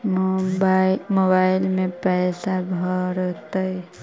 Mobile में पैसा भरैतैय?